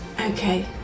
Okay